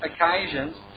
occasions